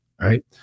right